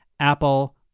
Apple